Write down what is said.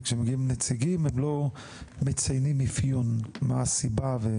כשמגיעים נציגים הם לא מציינים אפיון מה הסיבה?